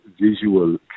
visual